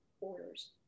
orders